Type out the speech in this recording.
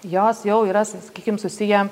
jos jau yra sakykim susiję